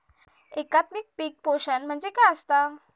एकात्मिक पीक पोषण म्हणजे काय असतां?